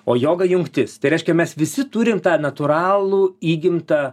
o joga jungtis tai reiškia mes visi turim tą natūralų įgimtą